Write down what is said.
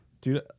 Dude